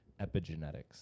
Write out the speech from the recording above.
epigenetics